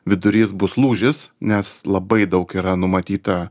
vidurys bus lūžis nes labai daug yra numatyta